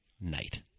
night